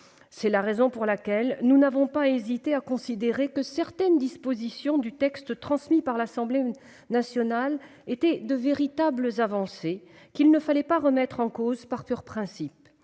C'est pourquoi nous n'avons pas hésité à considérer que certaines dispositions du texte transmis par l'Assemblée nationale étaient de véritables avancées qu'il ne fallait pas remettre en cause par pur principe.